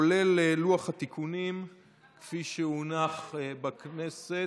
כולל לוח התיקונים כפי שהונח בכנסת,